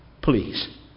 please